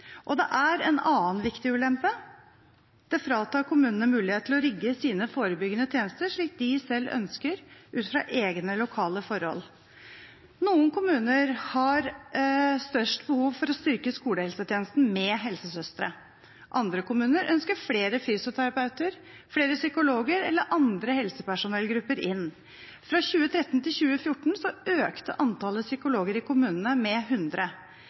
Og det er en annen viktig ulempe: Det fratar kommunene mulighet til å rigge sine forebyggende tjenester slik de selv ønsker ut fra egne lokale forhold. Noen kommuner har størst behov for å styrke skolehelsetjenesten med helsesøstre. Andre kommuner ønsker flere fysioterapeuter, flere psykologer eller andre helsepersonellgrupper inn. Fra 2013 til 2014 økte antallet psykologer i kommunene med 100,